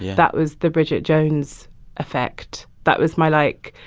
that was the bridget jones effect. that was my, like,